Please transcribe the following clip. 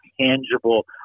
tangible